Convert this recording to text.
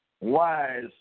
wise